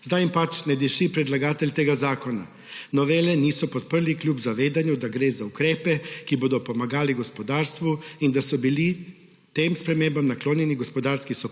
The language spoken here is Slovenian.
Zdaj jim pač ne diši predlagatelj tega zakona. Novele niso podprli kljub zavedanju, da gre za ukrepe, ki bodo pomagali gospodarstvu, in da so bili tem spremembam naklonjeni gospodarski sopotniki,